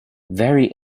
very